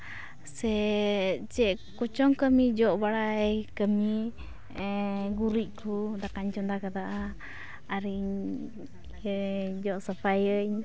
ᱥᱮ ᱪᱮᱫ ᱠᱚᱪᱚᱝ ᱠᱟᱹᱢᱤ ᱡᱚᱜ ᱵᱟᱲᱟᱭ ᱠᱟᱹᱢᱤ ᱜᱩᱨᱤᱡ ᱠᱚ ᱫᱟᱠᱟᱧ ᱪᱚᱸᱫᱟ ᱠᱟᱫᱟ ᱟᱨᱤᱧ ᱡᱚᱜ ᱥᱟᱯᱟᱭᱟᱹᱧ